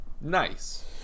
Nice